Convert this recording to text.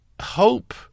hope